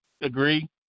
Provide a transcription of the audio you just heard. agree